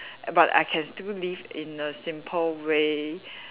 but I can still live in a simple way